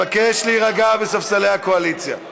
אני מבקש להירגע בספסלי הקואליציה.